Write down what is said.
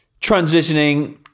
transitioning